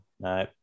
No